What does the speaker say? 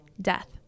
death